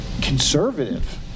conservative